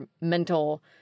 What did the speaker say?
mental